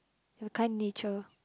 a kind nature